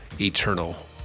eternal